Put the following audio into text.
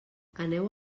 aneu